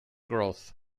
growth